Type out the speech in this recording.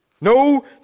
No